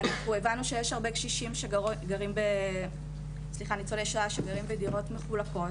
אנחנו הבנו שיש הרבה ניצולי שואה שגרים בדירות מחולקות,